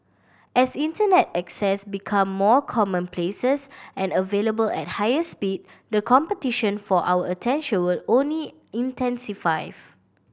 as Internet access become more commonplaces and available at higher speed the competition for our attention will only intensify